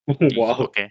Wow